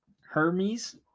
Hermes